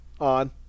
on